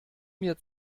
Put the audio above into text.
mir